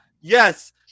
yes